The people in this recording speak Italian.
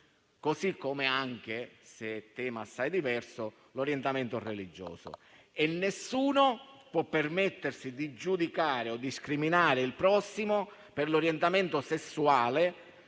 così come anche - tema assai diverso - l'orientamento religioso. Nessuno può permettersi di giudicare o discriminare il prossimo per l'orientamento sessuale,